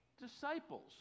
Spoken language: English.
disciples